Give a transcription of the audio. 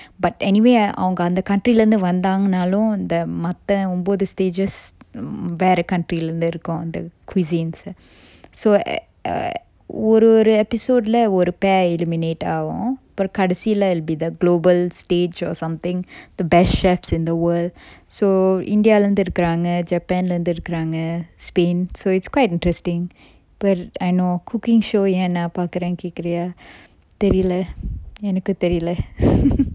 but anyway அவங்க அந்த:avanga antha country lah இருந்து வந்தாங்கனாலும்:irunthu vanthanganalum the மத்த ஒன்பது:matha onbathu stages mm வேற:vera country lah இருந்து இருக்கும்:irunthu irukkum the cuisines so err ஒரு ஒரு:oru oru episode lah ஒரு:oru pair eliminate ஆகும் பிறகு கடைசில:aakum piraku kadaisila will be the global stage or something the best chefs in the world so india lah இருந்து இருக்குறாங்க:irunthu irukkuranga japan lah இருந்து இருக்குறாங்க:irunthu irukkuranga spain so it's quite interesting but I know cooking show ஏன் நா பாக்குரனு கேக்குறியா தெரியல எனக்கு தெரியல:ean na pakkuranu kekkuriya theriyala enaku theriyala